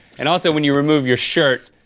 and also when you remove your shirt,